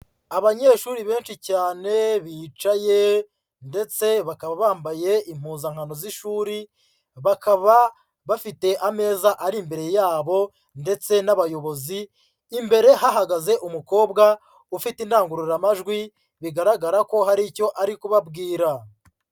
Abanyeshuri benshi cyane bicaye ndetse bakaba bambaye impuzankano z'ishuri, bakaba bafite ameza ari imbere yabo ndetse n'abayobozi imbere hahagaze umukobwa ufite indangururamajwi, bigaragara ko hari icyo ari kubabwira.